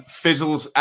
fizzles